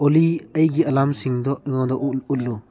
ꯑꯣꯂꯤ ꯑꯩꯒꯤ ꯑꯦꯂꯥꯔꯝꯁꯤꯡꯗꯨ ꯑꯩꯉꯣꯟꯗ ꯎꯠꯂꯨ